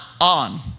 on